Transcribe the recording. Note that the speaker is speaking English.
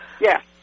Yes